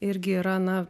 irgi yra na